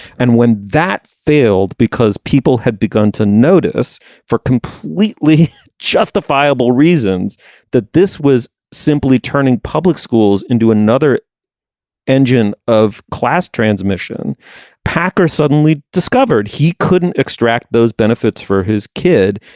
and when that failed because people had begun to notice for completely justifiable reasons that this was simply turning public schools into another engine of class transmission packer suddenly discovered he couldn't extract those benefits for his kid.